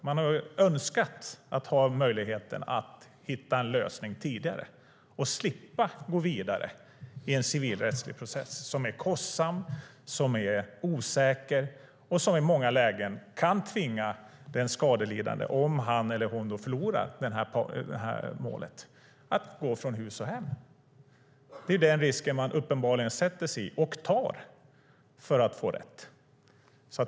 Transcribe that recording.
Man har önskat att möjligheten funnits att hitta en lösning tidigare och slippa att gå vidare i en civilrättslig process som är kostsam, som är osäker och som i många lägen kan tvinga den skadelidande, om han eller hon förlorar målet, att gå från hus och hem. Det är den risken man uppenbarligen tar för att få rätt.